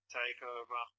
takeover